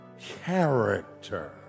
character